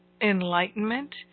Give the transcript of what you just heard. enlightenment